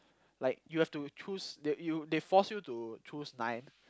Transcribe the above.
like you have to choose they you they force you to choose nine